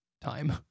time